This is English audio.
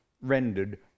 rendered